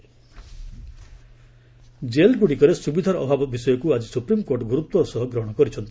SC jail ଜେଲ୍ଗୁଡ଼ିକରେ ସୁବିଧାର ଅଭାବ ବିଷୟକୁ ଆଜି ସୁପ୍ରିମ୍କୋର୍ଟ ଗୁରୁତ୍ୱର ସହ ଗ୍ରହଣ କରିଛନ୍ତି